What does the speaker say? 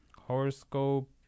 horoscope